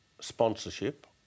sponsorship